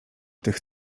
tych